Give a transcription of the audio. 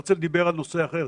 הרצל דיבר על נושא אחר.